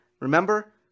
Remember